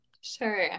Sure